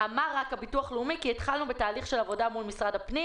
"אמר הביטוח הלאומי שהתחלנו בתהליך של עבודה מול משרד הפנים